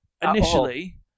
initially